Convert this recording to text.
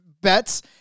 bets